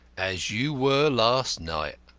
as you were last night.